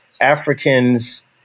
Africans